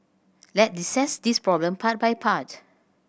let's dissect this problem part by part